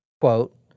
quote